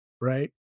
right